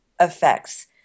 effects